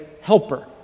helper